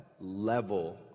level